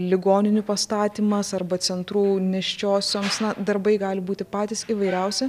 ligoninių pastatymas arba centrų nėščiosioms na darbai gali būti patys įvairiausi